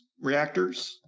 reactors